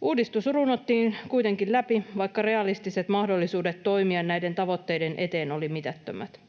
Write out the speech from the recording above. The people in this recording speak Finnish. Uudistus runnottiin kuitenkin läpi, vaikka realistiset mahdollisuudet toimia näiden tavoitteiden eteen olivat mitättömät.